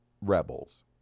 Rebels